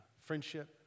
friendship